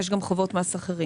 יש גם חובות מס אחרים.